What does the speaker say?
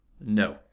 No